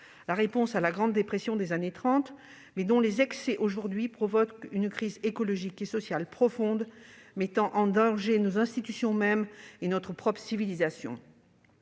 la réponse à la grande dépression des années 1930, mais ses excès provoquent, aujourd'hui, une crise écologique et sociale profonde qui met en danger nos institutions mêmes et notre propre civilisation.